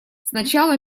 сначала